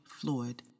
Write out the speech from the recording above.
Floyd